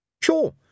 Sure